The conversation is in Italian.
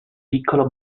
piccolo